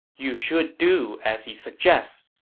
you should do as he suggests.